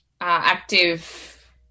active